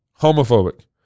homophobic